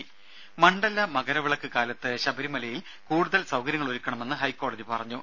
ദ്ദേ മണ്ഡല മകരവിളക്ക് കാലത്ത് ശബരിമലയിൽ കൂടുതൽ സൌകര്യങ്ങളൊരുക്കണമെന്ന് ഹൈക്കോടതി പറഞ്ഞു